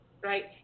right